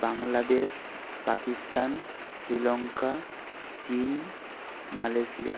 বাংলাদেশ পাকিস্তান শ্রীলঙ্কা চীন মালয়েশিয়া